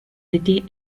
city